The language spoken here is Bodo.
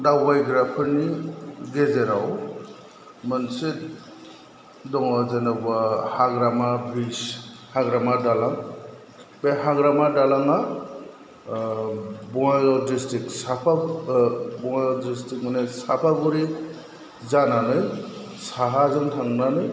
दावबायग्राफोरनि गेजेराव मोनसे दङ जेनोबा हाग्रामा ब्रिज हाग्रामा दालां बे हाग्रामा दालांआ ओ बङाइगाव दिसथ्रिख ओ बङाइगाव दिसथ्रिख माने साफागुरि जानानै साहाजों थांनानै